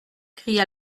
cria